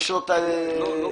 לא משפט,